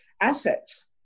assets